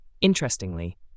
Interestingly